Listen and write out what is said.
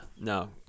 no